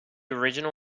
original